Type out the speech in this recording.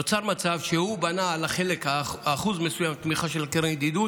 נוצר מצב שהוא בנה על אחוז מסוים של תמיכה מהקרן לידידות,